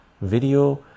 video